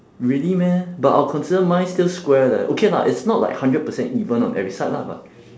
really meh but I'll consider mine still square leh okay lah it's not like hundred percent even on every side lah but